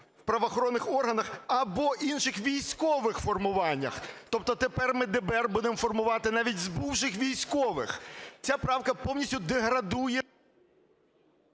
"в правоохоронних органах або в інших військових формуваннях". Тобто тепер ми ДБР будемо формувати навіть з бувших військових. Ця правка повністю деградує…